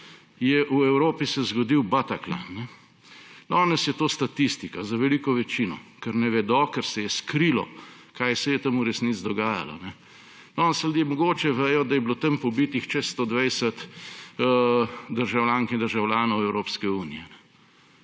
v koncertni dvorani Bataclan. Danes je to statistika za veliko večino, ker ne vedo, ker se je skrilo, kaj se je tam v resnici dogajalo. Danes ljudje mogoče vedo, da je bilo tam pobitih več kot 120 državljank in državljanov Evropske unije.